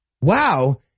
Wow